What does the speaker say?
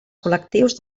col·lectius